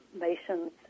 nations